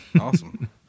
Awesome